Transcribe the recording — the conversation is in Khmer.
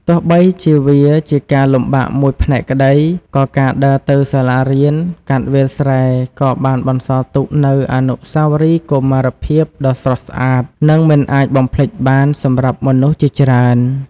ទោះបីជាវាជាការលំបាកមួយផ្នែកក្តី ក៏ការដើរទៅសាលារៀនកាត់វាលស្រែក៏បានបន្សល់ទុកនូវអនុស្សាវរីយ៍កុមារភាពដ៏ស្រស់ស្អាត និងមិនអាចបំភ្លេចបានសម្រាប់មនុស្សជាច្រើន។